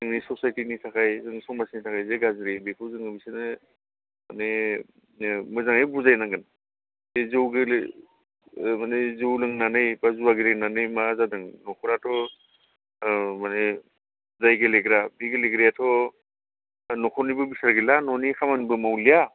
जोंनि ससाइटिनि थाखाय जों समासनि थाखाय जे गाज्रि बेखौ जोङो बिसोरनो माने मोजाङै बुजायनांगोन जे जौ माने जौ लोंनानै बा जुवा गेलेनानै मा जादों नखराथ' माने जाय गेलेग्रा बे गेलेग्रायाथ' दा नखरनिबो बिसार गैला ननि खामानिबो मावलिया